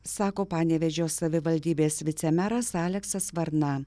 sako panevėžio savivaldybės vicemeras aleksas varna